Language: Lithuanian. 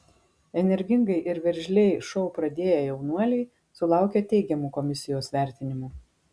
energingai ir veržliai šou pradėję jaunuoliai sulaukė teigiamų komisijos vertinimų